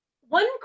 One